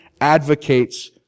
advocates